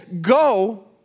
go